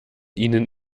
ihnen